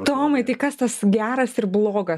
tomai tai kas tas geras ir blogas